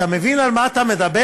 אתה מבין על מה אתה מדבר?